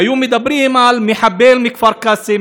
היו מדברים על "מחבל מכפר-קאסם",